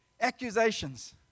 Accusations